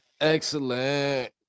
Excellent